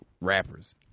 rappers